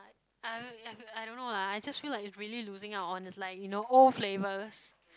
I I I don't know lah I just feel like it's really losing out on his line you know old flavours